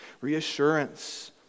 reassurance